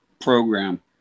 program